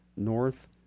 north